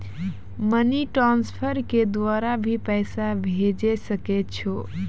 Money transfer के द्वारा भी पैसा भेजै सकै छौ?